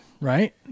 right